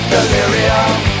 Delirium